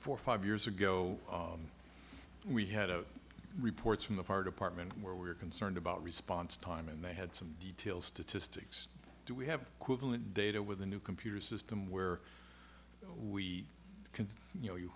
for five years ago we had a reports from the fire department where we were concerned about response time and they had some detail statistics do we have data with a new computer system where we could you know